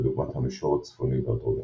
כדוגמת המישור הצפוני והדרומי.